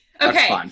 okay